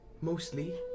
Mostly